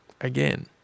Again